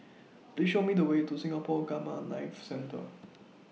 Please Show Me The Way to Singapore Gamma Knife Centre